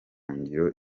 ngiro